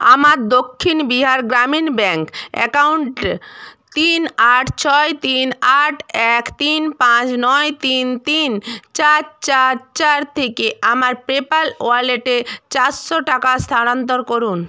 আমার Dakshin Bihar Gramin bank account তিন আট ছয় তিন আট এক তিন পাঁচ নয় তিন তিন চার চার চার থেকে আমার পেপ্যাল ওয়ালেটে চারশো টাকা স্থানান্তর করুন